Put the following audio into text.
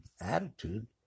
attitude